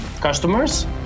customers